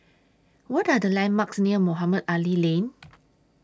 What Are The landmarks near Mohamed Ali Lane